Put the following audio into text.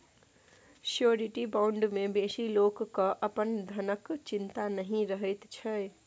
surety bond मे बेसी लोक केँ अपन धनक चिंता नहि रहैत छै